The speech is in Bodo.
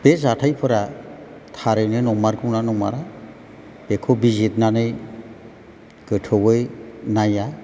बे जाथायफोरा थारैनो नंमारगौना नंमारा बेखौ बिजिरनानै गोथौयै नाया